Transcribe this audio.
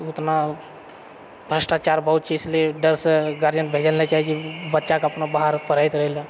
उतना भ्रष्टाचार बहुत छै इसलिए डरसँ गार्जियन भेजै लऽ नहि चाहैत छै बच्चाकेँ बाहर अपना पढ़ै तढ़ै लऽ